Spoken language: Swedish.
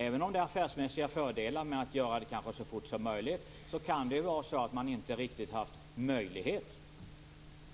Även om det är affärsmässiga fördelar att göra det så fort som möjligt, kan det vara på det sättet att man inte haft möjlighet